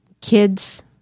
kids